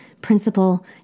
principle